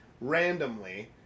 randomly